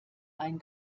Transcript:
einen